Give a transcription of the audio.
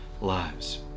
lives